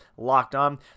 LOCKEDON